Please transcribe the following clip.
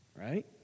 Right